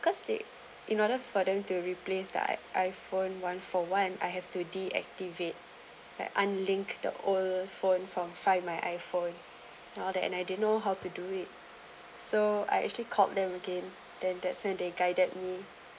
cause they in order for them to replace the i~ iphone one for one I have to deactivate like unlinked the old phone from find my iphone and all that and I didn't know how to do it so I actually called them again then that's when they guided me